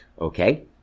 Okay